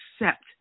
accept